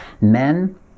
Men